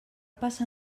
passa